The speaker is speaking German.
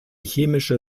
chemische